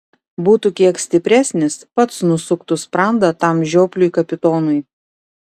būtų kiek stipresnis pats nusuktų sprandą tam žiopliui kapitonui